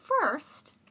first